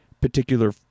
particular